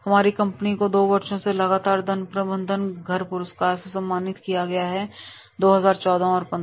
हमारी कंपनी को 2 वर्षों में लगातार धन प्रबंधन घर पुरस्कार से सम्मानित किया गया है2014 और 2015